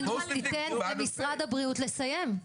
חבר כנסת פינדרוס, תן למשרד הבריאות לסיים.